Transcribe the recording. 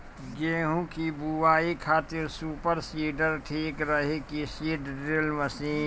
गेहूँ की बोआई खातिर सुपर सीडर ठीक रही की सीड ड्रिल मशीन?